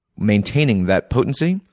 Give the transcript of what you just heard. maintaining that potency,